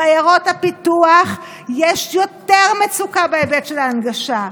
בעיירות הפיתוח יש יותר מצוקה בהיבט של ההנגשה,